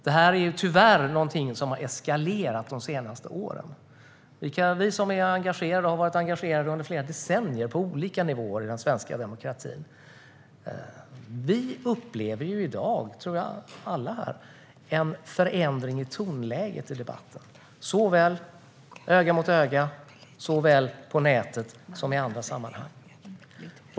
Det här är tyvärr någonting som har eskalerat de senaste åren. Vi som har varit engagerade under flera decennier på olika nivåer i den svenska demokratin upplever i dag - jag tror att det gäller alla här - en förändring i tonläget i debatten såväl öga mot öga som på nätet och i andra sammanhang.